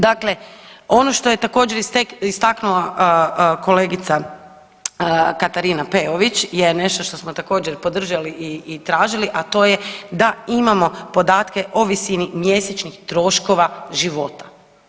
Dakle, ono što je također istaknula kolegica Katarina Peović je nešto što smo također podržali i tražili, a to je da imamo podatke o visini mjesečnih troškova života.